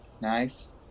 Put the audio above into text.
nice